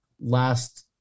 last